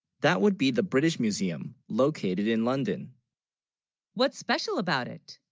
that would be the british museum located in london what's special, about it